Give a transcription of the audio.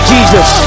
Jesus